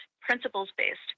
principles-based